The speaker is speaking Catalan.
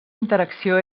interacció